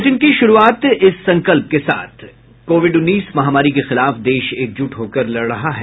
bulletin की शुरूआत इस संकल्प के साथ कोविड उन्नीस महामारी के खिलाफ देश एकजुट होकर लड़ रहा है